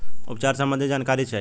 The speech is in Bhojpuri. उपचार सबंधी जानकारी चाही?